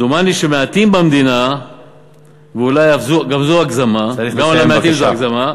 דומני שמעטים במדינה (ואולי גם זו הגזמה) סבורים